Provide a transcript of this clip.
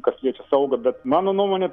kas liečia saugą bet mano nuomone